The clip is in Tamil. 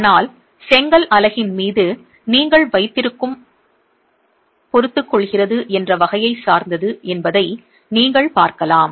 ஆனால் செங்கல் அலகின் மீது நீங்கள் வைத்திருக்கும் பொறுத்துக் கொள்கிறது என்ற வகையைச் சார்ந்தது என்பதை நீங்கள் பார்க்கலாம்